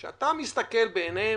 כשאתה מסתכל בעיני המשפחה,